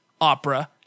Opera